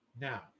Now